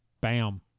Bam